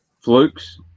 Flukes